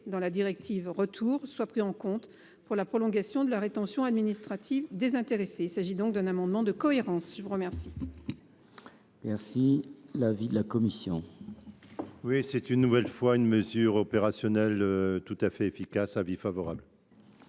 dans la directive Retour, soit pris en compte pour la prolongation de la rétention administrative des intéressés. Il s’agit donc d’un amendement de cohérence. Quel est l’avis de la commission ? Il s’agit une nouvelle fois d’une mesure opérationnelle tout à fait efficace, sur laquelle